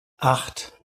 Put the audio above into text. acht